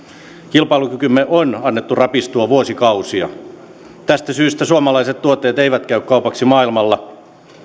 kilpailukykymme on annettu rapistua vuosikausia tästä syystä suomalaiset tuotteet eivät käy kaupaksi maailmalla